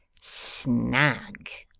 snug!